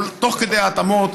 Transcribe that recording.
תוך כדי התאמות,